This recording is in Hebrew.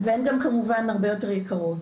הן כמובן גם הרבה יותר יקרות.